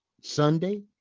Sunday